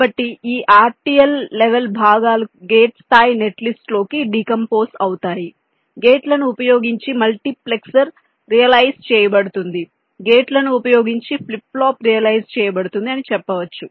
కాబట్టి ఈ RTL level భాగాలు గేట్ స్థాయి నెట్లిస్ట్లోకి డికంపోస్ అవుతాయి గేట్లను ఉపయోగించి మల్టీప్లెక్సర్ రియలైజ్ చేయబడుతుంది గేట్లను ఉపయోగించి ఫ్లిప్ ఫ్లాప్ రియలైజ్ చేయబడుతుంది అని చెప్పవచ్చు